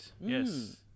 yes